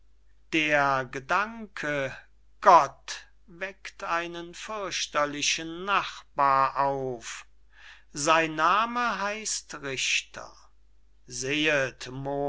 der gedanke gott weckt einen fürchterlichen nachbar auf sein name heißt richter sehet